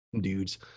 Dudes